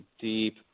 deep